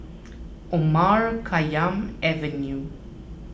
Omar Khayyam Avenue